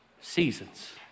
seasons